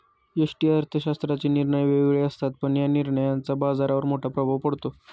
व्यष्टि अर्थशास्त्राचे निर्णय वेगळे असतात, पण या निर्णयांचा बाजारावर मोठा प्रभाव पडतो